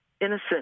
innocent